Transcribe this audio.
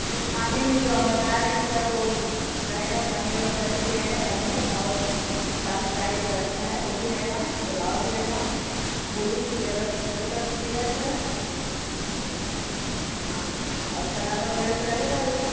यह खाने में जो आप बता रहे हैं सर वो रहेगा पनीर वगैरह भी रहेगा पनीर और दाल फ्राई जो रहता है वह भी रहेगा पुलाव भी रहेगा पूड़ी की जगह कचौड़ी कर दीजिएगा सर ठीक है हाँ और सलाद वगैरह तो रहेगा ही